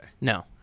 No